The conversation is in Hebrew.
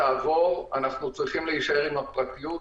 תעבור, ואנחנו צריכים להישאר עם הפרטיות.